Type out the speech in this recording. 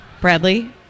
Bradley